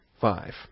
five